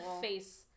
face